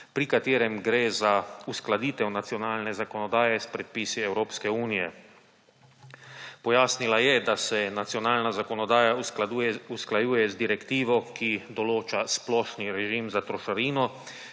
pri katerem gre za uskladitev nacionalne zakonodaje s predpisi Evropske unije. Pojasnila je, da se nacionalna zakonodaja usklajuje z direktivo, ki določa splošni režim za trošarino,